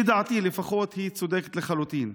לדעתי לפחות, היא צודקת לחלוטין.